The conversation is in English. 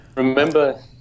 Remember